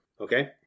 Okay